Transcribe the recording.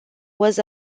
was